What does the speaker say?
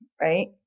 right